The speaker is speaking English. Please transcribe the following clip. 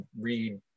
read